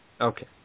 Okay